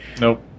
Nope